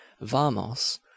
vamos